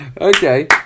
Okay